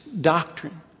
doctrine